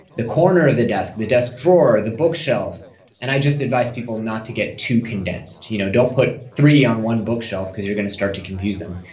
the corner of the desk, the desk drawer, the bookshelf and i just advise people not to get too condensed. you know don't put three on one bookshelf because you're going to start to confuse them.